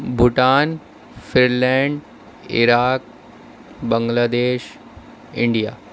Bhutan Finland Iraq Bangladesh India